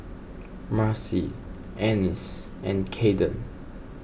Marci Ennis and Caden